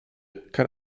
kann